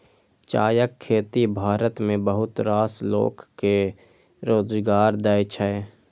चायक खेती भारत मे बहुत रास लोक कें रोजगार दै छै